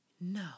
No